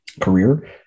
career